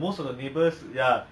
ya they I